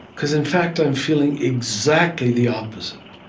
because in fact, i'm feeling exactly the opposite.